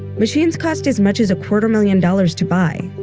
machines cost as much as a quarter million dollars to buy.